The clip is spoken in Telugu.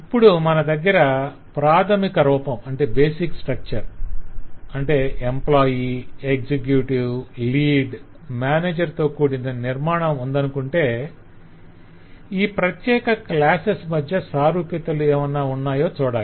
ఇప్పుడు మన దగ్గర ప్రాధమిక రూపం అంటే ఎంప్లాయ్ ఎక్సెక్యుటివ్ లీడ్ మేనేజర్ తో కూడిన నిర్మాణం ఉందనుకుంటే - ఈ ప్రత్యెక క్లాసెస్ మధ్య సారూప్యతలు ఏమన్నా ఉన్నాయో చూడాలి